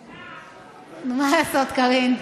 עכשיו, מה לעשות, קארין,